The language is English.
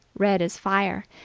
red as fire,